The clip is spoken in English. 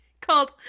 called